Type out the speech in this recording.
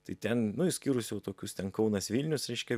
tai ten nu išskyrus jau tokius ten kaunas vilnius reiškia